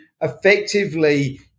effectively